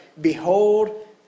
Behold